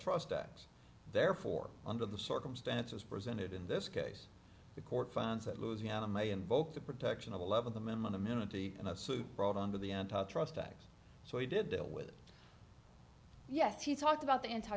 trust acts therefore under the circumstances presented in this case the court finds that louisiana may invoke the protection of eleventh amendment immunity and a suit brought under the antitrust act so he did deal with yes he talked about the